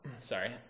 sorry